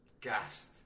gassed